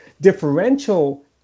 differential